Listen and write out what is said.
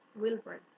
Wilbur